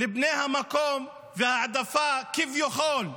לבני המקום והעדפה כביכול,